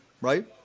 right